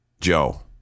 Joe